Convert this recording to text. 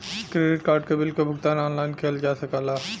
credit card के bill क भुगतान ऑनलाइन किहल जा सकला